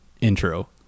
intro